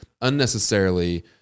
unnecessarily